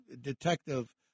detective